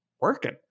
working